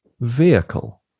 Vehicle